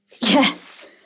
Yes